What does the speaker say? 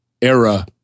era